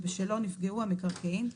שבשלו נפגעו המקרקעין,